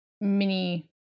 mini